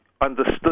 understood